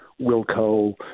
Wilco